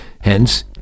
Hence